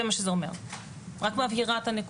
זה מה שזה אומר, אני רק מבהירה את הנקודה.